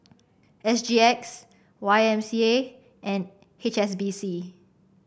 S G X Y M C A and H S B C